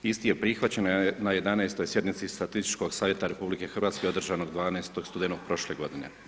Isti je prihvaćen na 11.-toj sjednici Statističkog savjeta RH održanog 12. studenog prošle godine.